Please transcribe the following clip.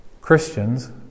Christians